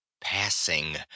passing